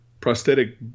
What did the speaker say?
prosthetic